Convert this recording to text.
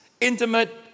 intimate